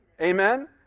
amen